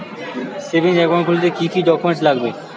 Savings account খুলতে কি কি ডকুমেন্টস লাগবে?